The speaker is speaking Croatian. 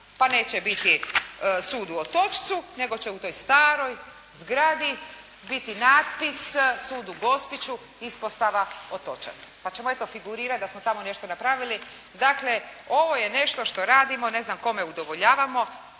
pa neće biti sud u Otočcu nego će u toj staroj zgradi biti natpis sud u Gospiću, ispostava Otočac pa ćemo, eto figurirati da smo tamo nešto napravili. Dakle, ovo je nešto što radimo, ne znam kome udovoljavamo,